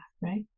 right